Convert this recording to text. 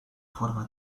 forma